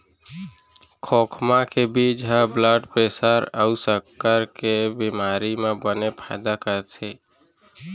खोखमा के बीजा ह ब्लड प्रेसर अउ सक्कर के बेमारी म बने फायदा करथे